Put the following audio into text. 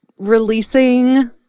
releasing